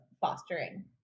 fostering